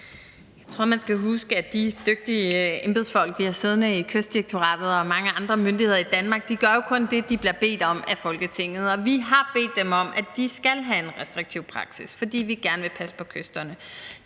Jeg tror, at man skal huske på, at de dygtige embedsfolk, som vi har siddende i Kystdirektoratet og hos mange andre myndigheder i Danmark, kun gør det, de bliver bedt om af Folketinget. Og vi har bedt dem om, at de skal have en restriktiv praksis, fordi vi gerne vil passe på kysterne.